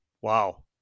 wow